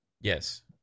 Yes